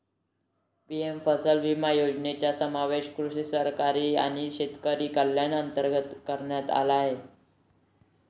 PM फसल विमा योजनेचा समावेश कृषी सहकारी आणि शेतकरी कल्याण अंतर्गत करण्यात आला आहे